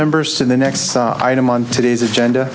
members to the next item on today's agenda